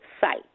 site